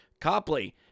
Copley